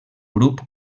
grup